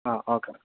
okay